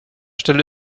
stelle